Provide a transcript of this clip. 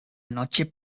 noche